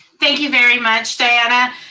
thank you very much, diana.